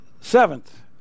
seventh